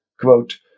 Quote